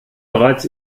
bereits